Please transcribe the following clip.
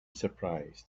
surprised